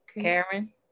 Karen